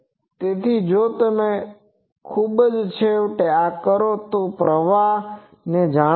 તેથી જો તમે ખૂબ જ છેવટે આ કરો તો તમે પ્રવાહને જાણો છો